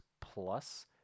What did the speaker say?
plus